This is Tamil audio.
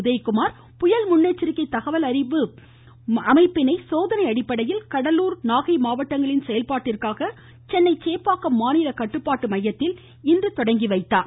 உதயகுமார் புயல் முன்னெச்சரிக்கை தகவல் அறிவிப்பு அமைப்பினை சோதனை அடிப்படையில் கடலூர் நாகை மாவட்டங்களின் செயல்பாட்டிற்காக சென்னை சேப்பாக்கம் மாநில கட்டுப்பாட்டு மையத்தில் இன்று தொடங்கி வைத்தார்